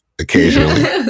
Occasionally